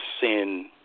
sin